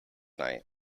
night